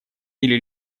или